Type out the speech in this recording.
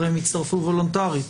הרי הם הצטרפו וולונטרית.